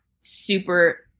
super